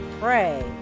pray